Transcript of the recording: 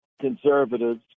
conservatives